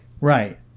right